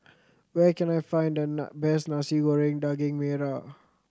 where can I find the best Nasi Goreng Daging Merah